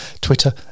Twitter